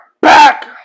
back